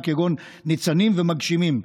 כגון "ניצנים" ו"מגשימים",